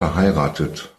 verheiratet